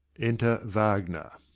enter wagner.